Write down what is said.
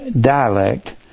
dialect